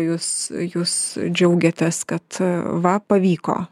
jūs jūs džiaugiatės kad va pavyko